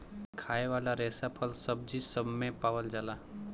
खाए वाला रेसा फल, सब्जी सब मे पावल जाला